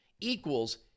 equals